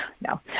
no